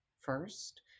first